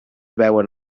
veuen